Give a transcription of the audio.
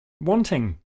wanting